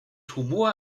humor